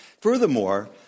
Furthermore